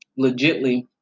legitly